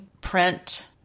print